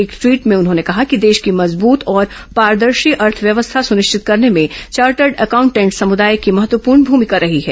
एक ट्वीट में उन्होंने कहा कि देश की मजबूत और पारदर्शी अर्थव्यवस्था सुनिश्चित करने में चार्टर्ड अकाउंटेंट समुदाय की महत्वपूर्ण भूमिका रही है